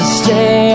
stay